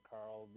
Carl